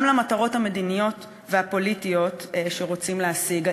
למטרות המדיניות והפוליטיות שרוצים להשיג.